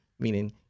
meaning